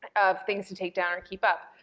of things to take down or keep up.